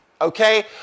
Okay